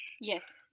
Yes